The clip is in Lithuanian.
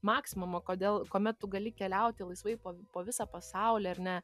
maksimumą kodėl kuomet tu gali keliauti laisvai po po visą pasaulį ir ne